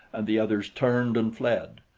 and the others turned and fled.